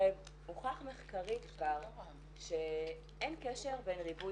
הרי הוכח מחקרית שאין קשר בין ריבוי